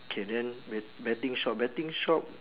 K then bet~ betting shop betting shop